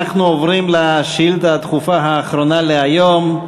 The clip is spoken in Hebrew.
אנחנו עוברים לשאילתה הדחופה האחרונה להיום.